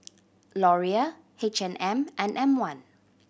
Laurier H and M and M One